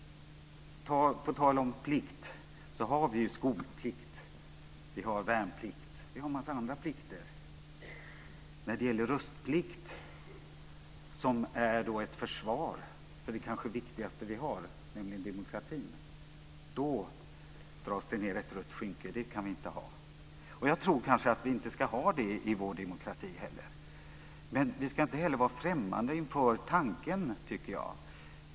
På tal om plikt har vi skolplikt, värnplikt och en mängd andra plikter. Röstplikt är ett försvar för det kanske viktigaste vi har, nämligen demokratin. Då dras det ned ett rött skynke. Det kan vi inte ha. Jag tror kanske att vi inte heller ska ha det i vår demokrati. Men vi ska inte vara främmande inför tanken.